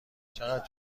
چقدر